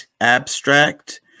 abstract